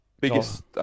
biggest